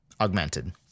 augmented